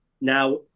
Now